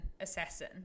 assassin